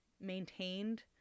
maintained